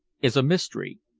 is a mystery,